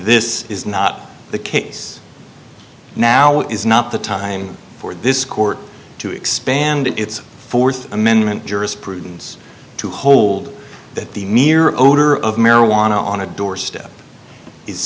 this is not the case now is not the time for this court to expand its th amendment jurisprudence to hold that the mere odor of marijuana on a doorstep is